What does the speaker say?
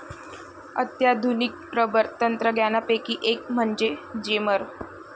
अत्याधुनिक रबर तंत्रज्ञानापैकी एक म्हणजे जेमर